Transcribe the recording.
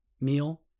meal